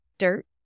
dirt